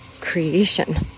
creation